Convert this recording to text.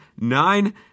nine